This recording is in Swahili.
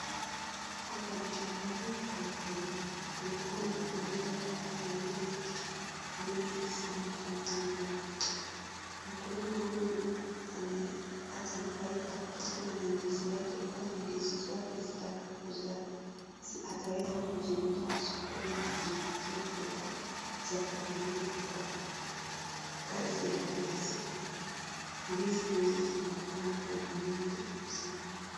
Hapa ni shambsni Kwa mkulima mkulima huyu anaeza kupanda ndizi mingi sana shambani lake mkulima huyu amakatana kutumana ndizi yake kwa sitakapozaa ataeza kusiuza soko na kusipatia kaela zakutumia kufanya kazi yake Kila siku ndizi hizi zinaonekana ni mingi sana.